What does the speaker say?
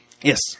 Yes